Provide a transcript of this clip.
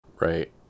Right